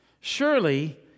Surely